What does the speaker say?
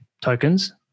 tokens